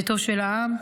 ביתו של העם,